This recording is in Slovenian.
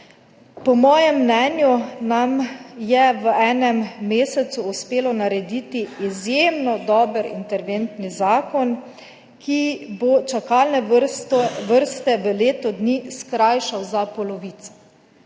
»Po mojem mnenju nam je v enem mesecu uspelo narediti izjemno dober interventni zakon, ki bo čakalne vrste v letu dni skrajšal za polovico.«